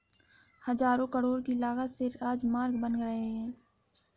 हज़ारों करोड़ की लागत से राजमार्ग बन रहे हैं